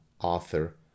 author